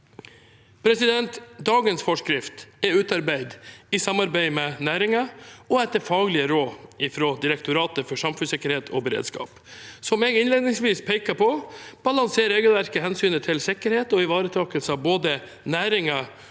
Dagens forskrift er utarbeidet i samarbeid med næringen og etter faglige råd fra Direktoratet for samfunnssikkerhet og beredskap. Som jeg innledningsvis pekte på, balanserer regelverket hensynet til sikkerhet og ivaretakelse av både næringens